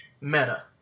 meta